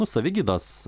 nu savigydos